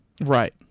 Right